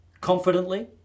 confidently